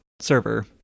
server